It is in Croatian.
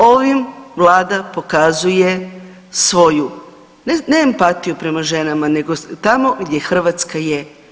Ovim Vlada pokazuje svoju, ne empatiju prema ženama, nego tamo gdje Hrvatska je.